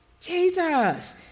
Jesus